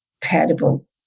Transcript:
terrible